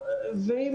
ויגידו,